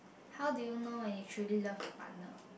how do you know when you truly love your partner